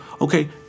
Okay